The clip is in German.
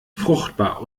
fruchtbar